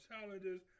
challenges